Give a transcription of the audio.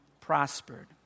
prospered